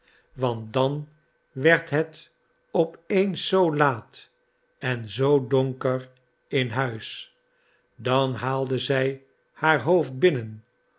want dan werd het op eens zoo laat en zoo donker in huis dan haalde zij haar hoofd binnen